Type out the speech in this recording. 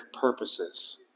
purposes